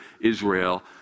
Israel